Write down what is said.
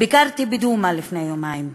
ביקרתי בדומא לפני יומיים,